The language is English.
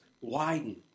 widen